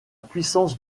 puissance